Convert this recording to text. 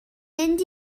mynd